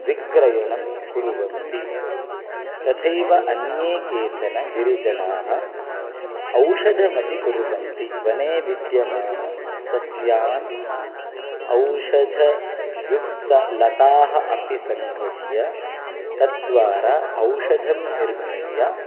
विक्रयणं कुर्वन्ति तथैव अन्ये केचन गिरिजनाः औषधमपि कुर्वन्ति वने विद्यमानसस्यान् औषधयुक्तलताः अपि सङ्गृह्य तद्वारा औषधं निर्मीय